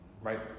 right